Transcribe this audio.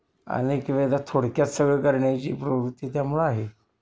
अनेक वेळेला थोडक्यात सगळं करण्याची प्रवृत्ती त्यामुळं आहे